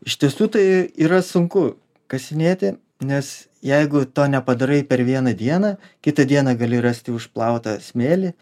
iš tiesų tai yra sunku kasinėti nes jeigu to nepadarai per vieną dieną kitą dieną gali rast jau išplautą smėlį